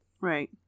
Right